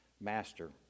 master